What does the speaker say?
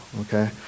Okay